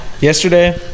yesterday